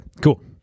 cool